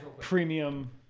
premium